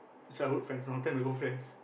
childhood friend long time ago friend